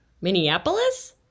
Minneapolis